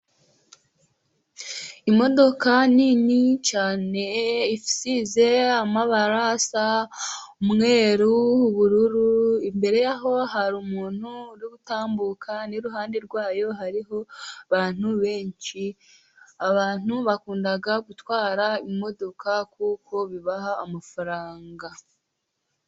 Imodoka nini cyane isize amabara asa umweru, ubururu, imbere yaho hari umuntu uri gutambuka, n'iruhande rwayo hariho abantu benshi, abantu bakunda gutwara imodoka kuko bibaha amafaranga.